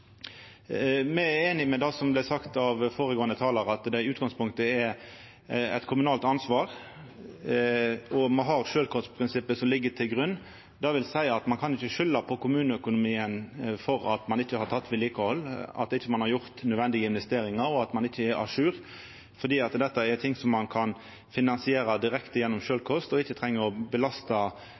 Me er einig i det som vart sagt av føregåande talar, at dette i utgangspunktet er eit kommunalt ansvar, og me har sjølvkostprinsippet som ligg til grunn. Det vil seia at ein ikkje kan skulda på kommuneøkonomien for at ein ikkje har gjort vedlikehald, at ein ikkje har gjort nødvendige investeringar, og at ein ikkje er à jour. For dette er noko ein kan finansiera direkte gjennom sjølvkost, og som ein ikkje treng å belasta